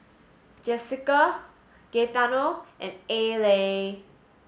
Jesica Gaetano and Allie